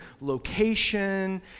location